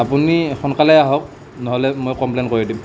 আপুনি সোনকালে আহওক ন'হলে মই কমপ্লেইন কৰি দিম